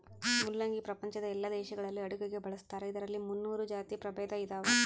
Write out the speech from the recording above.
ಮುಲ್ಲಂಗಿ ಪ್ರಪಂಚದ ಎಲ್ಲಾ ದೇಶಗಳಲ್ಲಿ ಅಡುಗೆಗೆ ಬಳಸ್ತಾರ ಇದರಲ್ಲಿ ಮುನ್ನೂರು ಜಾತಿ ಪ್ರಭೇದ ಇದಾವ